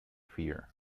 fear